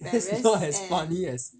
there is no as money as